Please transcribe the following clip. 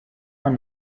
man